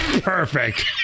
Perfect